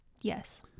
Yes